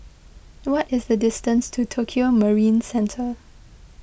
what is the distance to Tokio Marine Centre